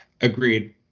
Agreed